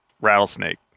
rattlesnake